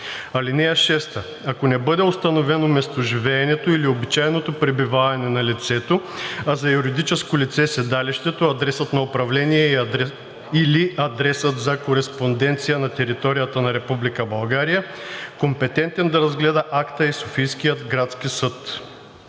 (6) Ако не бъде установено местоживеенето или обичайното пребиваване на лицето, а за юридическо лице – седалището, адресът на управление или адресът за кореспонденция на територията на Република България, компетентен да разгледа акта е Софийският градски съд.“